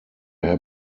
herr